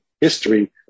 history